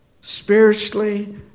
Spiritually